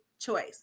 choice